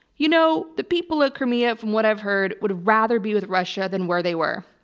you know, the people of crimea, from what i've heard, would rather be with russia than where they were.